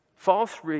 False